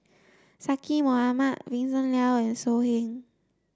Zaqy Mohamad Vincent Leow and So Heng